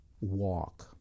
walk